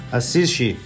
assiste